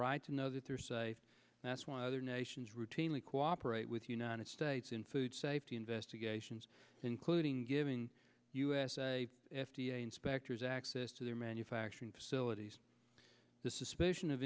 right to know that they're safe that's why other nations routinely cooperate with united states in food safety investigations including giving us a f d a inspectors access to their manufacturing facilities the suspicion of